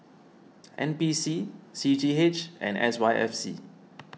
N P C C G H and S Y F C